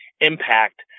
impact